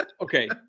okay